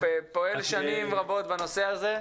פיצ'י פועל שנים רבות בנושא הזה,